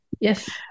Yes